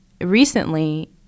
recently